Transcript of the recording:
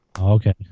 Okay